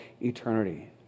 eternity